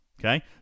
Okay